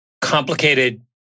complicated